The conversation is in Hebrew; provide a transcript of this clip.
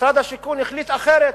שמשרד השיכון החליט אחרת,